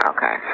Okay